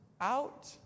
out